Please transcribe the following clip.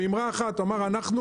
הוא אמר: "אנחנו,